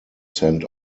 sent